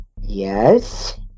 Yes